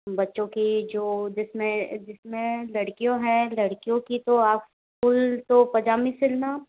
बच्चों की जो जिसमें जिसमें लड़कियों है लड़कियों की तो आप फुल तो पजामी सिलना